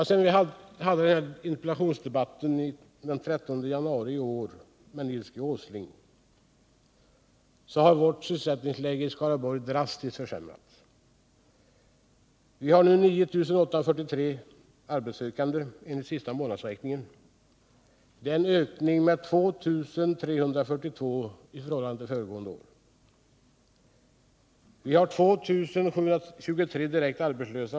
Sedan vi hade denna interpellationsdebatt den 13 januari i år med Nils G. Åsling har vårt sysselsättningsläge i Skaraborgs län drastiskt försämrats. Vi har nu 9 843 arbetssökande enligt den senaste månadsräkningen. Det är en ökning med 2342 i förhållande till föregående år. Vi har 2723 direkt arbetslösa.